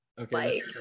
okay